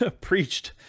preached